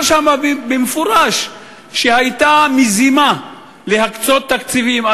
נאמר שם במפורש שהייתה מזימה להקצות תקציבים.